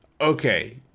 Okay